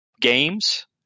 games